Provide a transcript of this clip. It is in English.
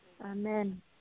Amen